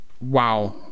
wow